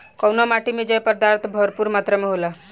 कउना माटी मे जैव पदार्थ भरपूर मात्रा में होला?